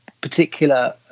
particular